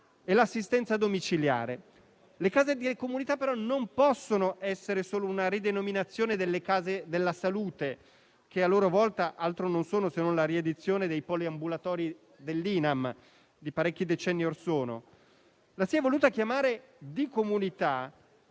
e l'assistenza domiciliare. Le case di comunità, però, non possono essere solo una ridenominazione delle case della salute, che a loro volta altro non sono se non la riedizione dei poliambulatori dell'INAM di parecchi decenni orsono. Si è voluto usare